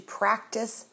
practice